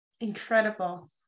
Incredible